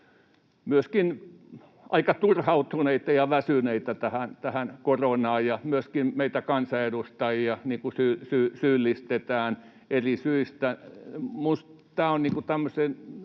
myöskin aika turhautuneita ja väsyneitä tähän koronaan, ja myöskin meitä kansanedustajia syyllistetään eri syistä.